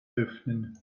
öffnen